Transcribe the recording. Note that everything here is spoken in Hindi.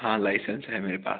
हाँ लाइसेंस है मेरे पास